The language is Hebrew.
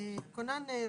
""כונן רשום"